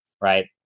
Right